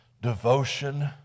devotion